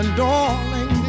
darling